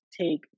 take